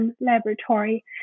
laboratory